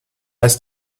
ist